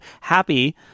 happy